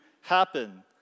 happen